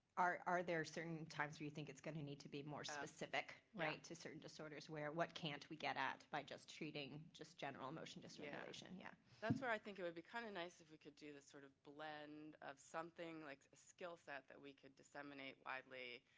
are are there certain times where you think it's going to need to be more specific to certain kiss so orders where what can't we get at by just treating just general emotion dysregulation. yeah that's where i think it would be kind of nice if we could do the sort of blend of something like a skill set that we could disseminate widely,